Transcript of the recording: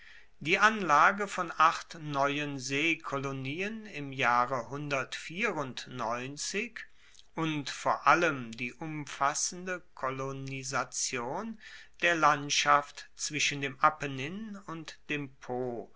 die anlage von acht neuen seekolonien im jahre und vor allem die umfassende kolonisation der landschaft zwischen dem apennin und dem po